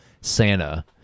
Santa